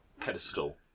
pedestal